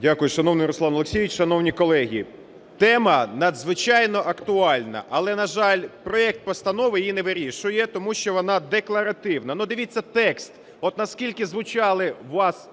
Дякую. Шановний Руслан Олексійович, шановні колеги! Тема надзвичайно актуальна. Але, на жаль, проект постанови її не вирішує, тому що вона декларативна.